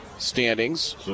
Standings